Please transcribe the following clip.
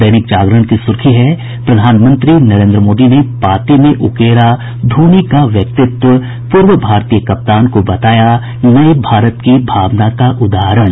दैनिक जागरण की सुर्खी है प्रधानमंत्री नरेन्द्र मोदी ने पाती में उकेड़ा धोनी का व्यक्तित्व पूर्व भारतीय कप्तान को बताया नये भारत की भावना का उदाहरण